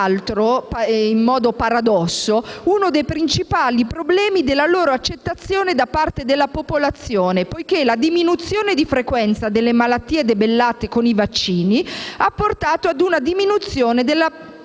vaccinazioni è paradossalmente uno dei principali problemi della loro accettazione da parte della popolazione, poiché la diminuzione di frequenza delle malattie debellate con i vaccini ha portato ad una diminuzione della